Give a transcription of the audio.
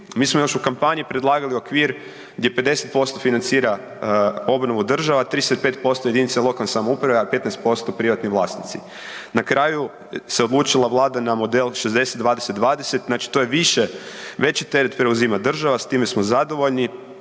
Mi smo još u kampanji predlagali okvir gdje 50% financira obnovu država, 35% jedinice lokalne samouprave, a 15% privatni vlasnici. Na kraju se odlučila Vlada na model 60-20-20 znači to je više, veći teret preuzima država s time smo zadovoljni.